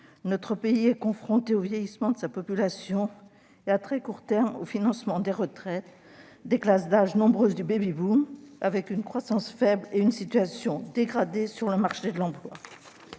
Notre pays est confronté au vieillissement de sa population, et, à très court terme, au financement des retraites des nombreuses classes d'âge issues du baby-boom, avec une croissance faible et une situation dégradée sur le marché de l'emploi.